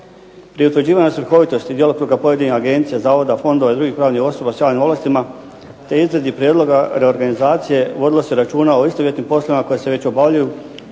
Pri utvrđivanju svrhovitosti i djelokruga pojedinih agencija, zavoda, fondova i drugih pravnih osoba s javnim ovlastima, te izradi prijedloga reorganizacije vodilo se računa o istovjetnim poslovima koja se već obavljaju